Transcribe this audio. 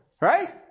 Right